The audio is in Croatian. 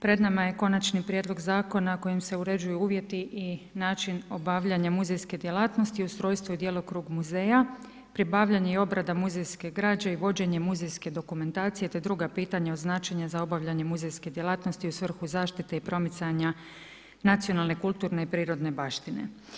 Pred nama je konačni prijedlog zakona kojim se uređuju uvjeti i način obavljanja muzejske djelatnosti, ustrojstvo i djelokrug muzeja, pribavljanje i obrada muzejske građe i vođenje muzejske dokumentacije te druga pitanja od značenja za obavljanje muzejske djelatnosti u svrhu zaštite i promicanja nacionalne, kulturne i prirodne baštine.